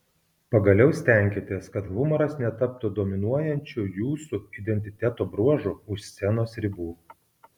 pagaliau stenkitės kad humoras netaptų dominuojančių jūsų identiteto bruožu už scenos ribų